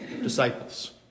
disciples